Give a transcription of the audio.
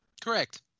Correct